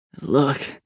Look